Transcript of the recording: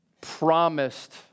promised